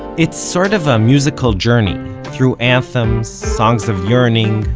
it's sort of a musical journey through anthems, songs of yearning,